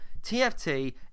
TFT